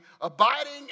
abiding